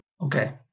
Okay